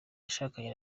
yashakanye